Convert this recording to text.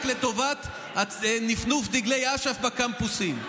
זה רק לטובת נפנוף דגלי אש"ף בקמפוסים.